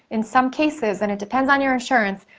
in some cases, and it depends on your insurance,